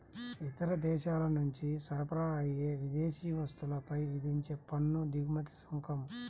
ఇతర దేశాల నుంచి సరఫరా అయ్యే విదేశీ వస్తువులపై విధించే పన్ను దిగుమతి సుంకం